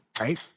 right